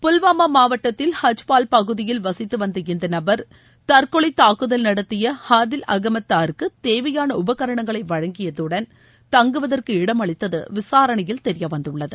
புல்வாமா மாவட்டத்தில் ஹஜிபால் பகுதியில் வசித்து வந்த இந்த நபர் தற்கொலை தாக்குதல் நடத்திய ஆதில் அஹமது தார் க்கு தேவையான உபகரணங்களை வழங்கியதுடன் தங்குவதற்கு இடமளித்தது விசாரணையில் தெரிய வந்துள்ளது